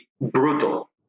brutal